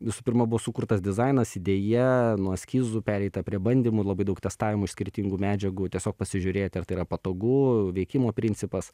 visų pirma buvo sukurtas dizainas idėja nuo eskizų pereita prie bandymų labai daug testavimų iš skirtingų medžiagų tiesiog pasižiūrėti ar tai yra patogu veikimo principas